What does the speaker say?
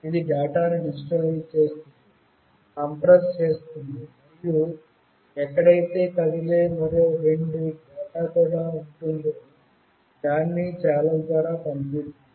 ఇది డేటాను డిజిటలైజ్ చేస్తుంది కంప్రెస్ చేస్తుంది మరియు ఎక్కడైతే మరో రెండవ డేటా కూడా ఉంటుందో దానిని కదిలే ఛానెల్ ద్వారా పంపుతుంది